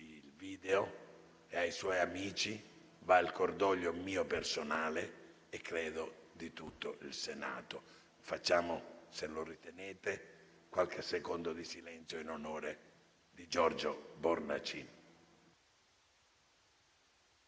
il video, e ai suoi amici, va il cordoglio mio personale e credo di tutto il Senato. Se lo ritenete, osserviamo un momento di silenzio in onore di Giorgio Bornacin.